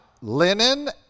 Linen